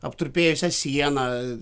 aptrupėjusią sieną